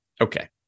Okay